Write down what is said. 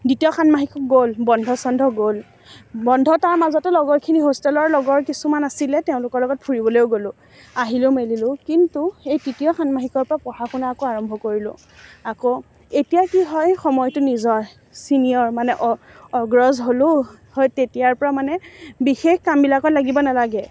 দ্বিতীয় ষান্মাসিকো গ'ল বন্ধ চন্ধও গ'ল বন্ধ তাৰ মাজতে লগৰখিনি হোষ্টেলৰ লগৰ কিছুমান আছিলে তেওঁলোকৰ লগত ফুৰিবলেও গলোঁ আহিলোঁ মেলিলোঁ কিন্তু এই তৃতীয় ষান্মাসিকৰ পৰা পঢ়া শুনা আকৌ আৰম্ভ কৰিলোঁ আকৌ এতিয়া কি হয় সময়টো নিজৰ ছিনিয়ৰ মানে অগ্ৰজ হ'লোঁ সেই তেতিয়াৰ পৰা মানে বিশেষ কামবিলাকত লাগিব নেলাগে